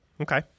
okay